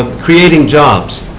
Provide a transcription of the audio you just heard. creating jobs.